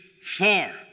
far